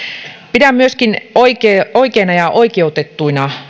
pidän myöskin oikeina oikeina ja oikeutettuina